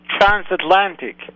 transatlantic